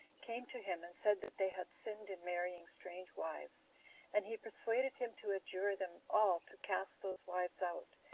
came to him, and said that they had sinned in marrying strange wives and he persuaded him to adjure them all to cast those wives out,